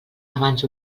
abans